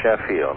sheffield